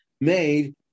made